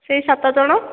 ସେଇ ସାତ ଜଣ